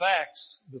facts